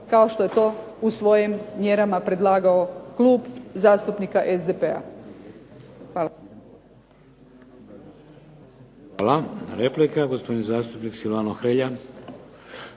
kao što je to u svojim mjerama predlagao Klub zastupnika SDP-a. Hvala. **Šeks, Vladimir (HDZ)** Hvala. Replika, gospodin zastupnik Silvano Hrelja.